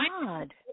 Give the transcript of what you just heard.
God